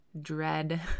dread